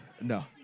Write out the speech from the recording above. no